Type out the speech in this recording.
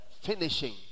finishing